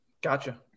gotcha